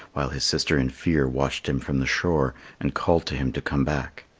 while his sister in fear watched him from the shore and called to him to come back.